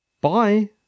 bye